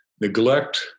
neglect